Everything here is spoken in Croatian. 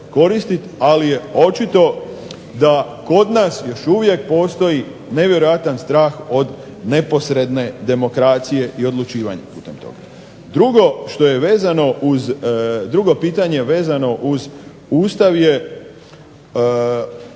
ali je očito da kod nas još uvijek postoji nevjerojatan strah od neposredne demokracije i odlučivanje putem toga. Drugo pitanje vezano uz Ustav je